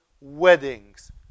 weddings